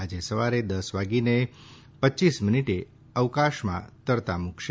આજે સવારે દસ વાગીને પચ્યીસ મિનિટે અવકાશમાં તરતા મૂકશે